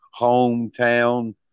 hometown